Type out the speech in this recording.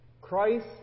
Christ